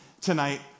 tonight